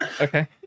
okay